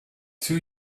two